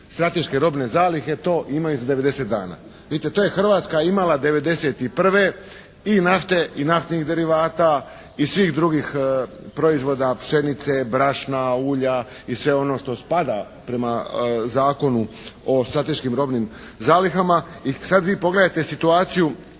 strateške robne zalihe to imaju za 90 dana. Vidite to je Hrvatska imala 1991. i nafte i naftnih derivata i svih drugih proizvoda pšenice, brašna, ulja i sve ono što spada prema Zakonu o strateškim robnim zalihama i sad vi pogledajte situaciju